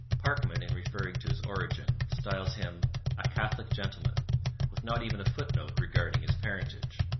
parkman, in referring to his origin, styles him a catholic gentleman with not even a footnote regarding his parentage.